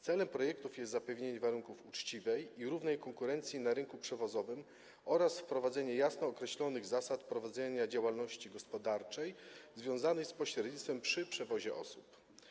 Celem projektu jest zapewnienie warunków uczciwej i równej konkurencji na rynku przewozowym oraz wprowadzenie jasno określonych zasad prowadzenia działalności gospodarczej związanej z pośrednictwem przy przewozie osób.